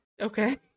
Okay